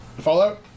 Fallout